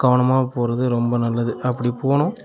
கவனமாக போகிறது ரொம்ப நல்லது அப்படி போனோம்